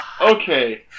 Okay